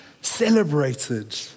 celebrated